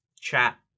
chat